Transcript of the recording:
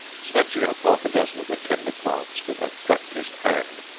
snatching up half a dozen of the tender plants with a practised hand,